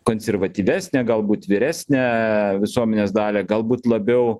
konservatyvesnę galbūt vyresnę visuomenės dalį galbūt labiau